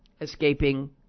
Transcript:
escaping